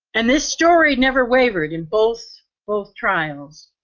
and this story never wavered in both both trials.